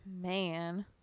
Man